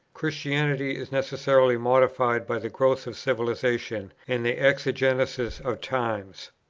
christianity is necessarily modified by the growth of civilization, and the exigencies of times.